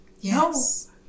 Yes